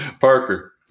Parker